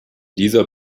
dieser